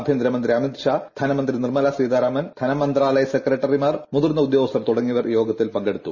ആഭ്യന്തരമന്ത്രി അമിത്ഷാ ധനമന്ത്രി നിർമ്മലാ സീതാരാമൻ ധനമന്ത്രാലയ സെക്രട്ടറിമാർ മുതിർന്ന ഉദ്യോഗസ്ഥർ തുടങ്ങിയവർ യോഗത്തിൽ പങ്കെടുത്തു